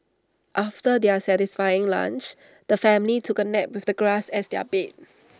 after their satisfying lunch the family took A nap with the grass as their bed